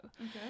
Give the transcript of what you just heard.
Okay